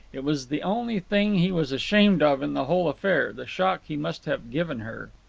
it was the only thing he was ashamed of in the whole affair, the shock he must have given her.